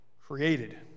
Created